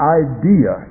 idea